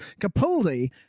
capaldi